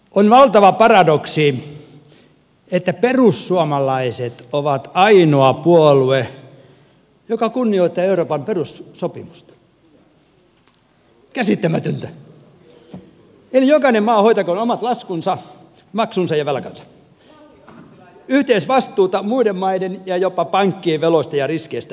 on valtava paradoksi että perussuomalaiset on ainoa puolue joka kunnioittaa euroopan perussopimusta käsittämätöntä eli jokainen maa hoitakoon omat laskunsa maksunsa ja velkansa yhteisvastuuta muiden maiden ja jopa pankkien veloista ja riskeistä ei saa olla